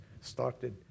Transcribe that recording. started